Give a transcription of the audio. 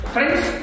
Friends